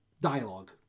dialogue